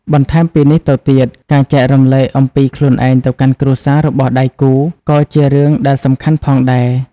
បន្ថែមពីនេះទៅទៀត ការចែករំលែកអំពីខ្លួនឯងទៅកាន់គ្រួសាររបស់ដៃគូរ ក៏ជារឿងដែលសំខាន់ផងដែរ។